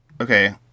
Okay